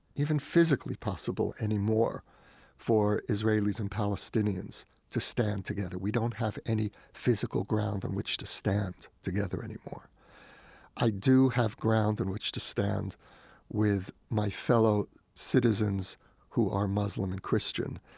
even physically possible, anymore for israelis and palestinians to stand together. we don't have any physical ground on which to stand together anymore i do have ground on which to stand with my fellow citizens who are muslim and christian.